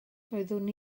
doeddwn